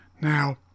Now